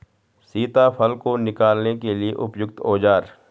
सीताफल को निकालने के लिए उपयुक्त औज़ार?